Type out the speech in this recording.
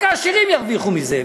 רק העשירים ירוויחו מזה.